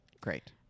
Great